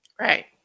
Right